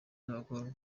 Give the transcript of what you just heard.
n’abakobwa